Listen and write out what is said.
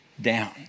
down